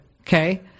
Okay